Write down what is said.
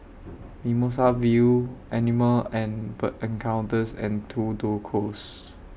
Mimosa View Animal and Bird Encounters and Tudor Close